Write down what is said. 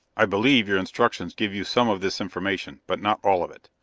i believe your instructions give you some of this information, but not all of it.